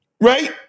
Right